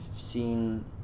seen